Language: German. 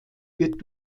wird